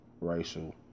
racial